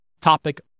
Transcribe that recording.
topic